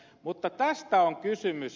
mutta tästä on kysymys